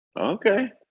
Okay